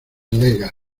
legas